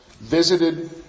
visited